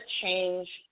change